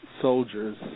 soldiers